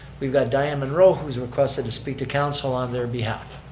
we've got dianne monroe, who's requested to speak to council on their behalf.